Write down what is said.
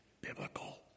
biblical